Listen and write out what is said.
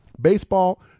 Baseball